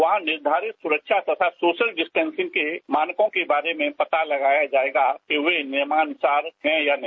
वहां निर्धारित सुरक्षा तथा सोशल डिस्टेंसिंग के मानकों के बारे में पता लगाया जाएगा कि वे नियमानुसार है या नहीं